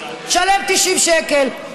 שלם 90 שקל.